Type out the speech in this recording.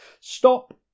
Stop